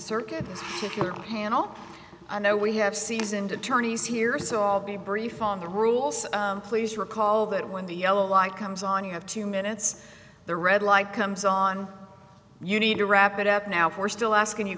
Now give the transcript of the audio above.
panel i know we have seasoned attorneys here so i'll be brief on the rule so please recall that when the yellow light comes on you have two minutes the red light comes on you need to wrap it up now we're still asking you